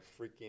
freaking